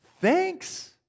thanks